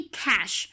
cash